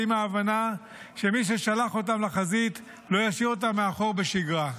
ועם ההבנה שמי ששלח אותם לחזית לא ישאיר אותם מאחור בשגרה.